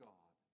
God